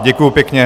Děkuji pěkně.